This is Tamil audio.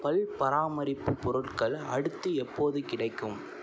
பல் பராமரிப்பு பொருட்கள் அடுத்து எப்போது கிடைக்கும்